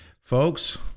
Folks